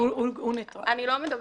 אני לא מדברת,